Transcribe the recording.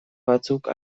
batzuk